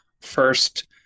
first